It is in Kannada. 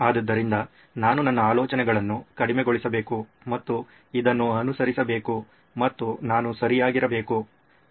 ಆದ್ದರಿಂದ ನಾನು ನನ್ನ ಆಲೋಚನೆಗಳನ್ನು ಕಡಿಮೆಗೊಳಿಸಬೇಕು ಮತ್ತು ಇದನ್ನು ಅನುಸರಿಸಬೇಕು ಮತ್ತು ನಾನು ಸರಿಯಾಗಿರಬೇಕು